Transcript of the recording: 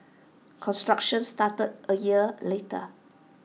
construction started A year later